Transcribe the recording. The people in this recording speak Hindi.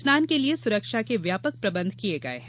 स्नान के लिए सुरक्षा के व्यापक प्रबंध किए गए हैं